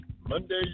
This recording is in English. Monday